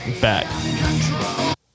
back